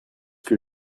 que